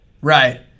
right